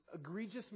egregious